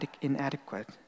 inadequate